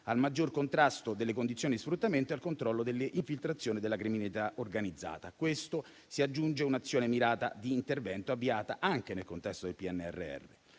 al maggior contrasto delle condizioni di sfruttamento e al controllo delle infiltrazioni della criminalità organizzata. A questo si aggiunge un'azione mirata di intervento avviata anche nel contesto del PNRR.